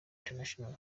international